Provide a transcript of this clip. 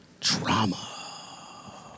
drama